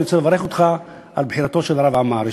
אני רוצה לברך אותך על בחירתו של הרב עמאר,